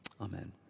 Amen